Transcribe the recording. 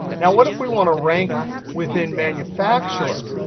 now what if we want to rank within manufacturer?